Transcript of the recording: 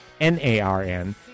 NARN